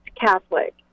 Catholic